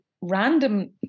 random